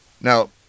now